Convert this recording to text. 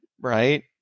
right